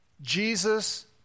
Jesus